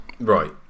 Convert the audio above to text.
right